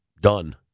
done